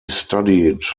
studied